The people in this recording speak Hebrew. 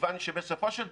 כיוון שבסופו של דבר,